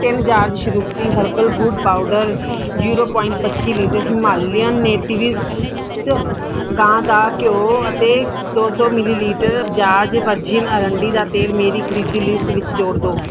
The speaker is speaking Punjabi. ਤਿੰਨ ਜਾਰਜ਼ ਸ਼ਰੂਤੀ ਹਰਬਲ ਗੁੜ ਪਾਊਡਰ ਜ਼ੀਰੋ ਪੁਆਇੰਟ ਪੱਚੀ ਲੀਟਰ ਹਿਮਾਲਯਨ ਨੇਟਿਵਸ ਗਾਂ ਦਾ ਘਿਓ ਅਤੇ ਦੋ ਸੌ ਮਿਲੀਲੀਟਰ ਬਜਾਜ ਵਰਜਿਨ ਆਰੰਡੀ ਦਾ ਤੇਲ ਮੇਰੀ ਖਰੀਦੀ ਲਿਸਟ ਵਿੱਚ ਜੋੜ ਦਿਉ